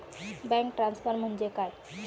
Bank transfer म्हणजे काय?